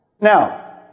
Now